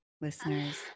listeners